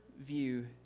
view